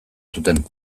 zuten